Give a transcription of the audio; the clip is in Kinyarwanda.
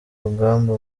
rugamba